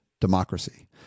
democracy